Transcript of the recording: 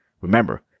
Remember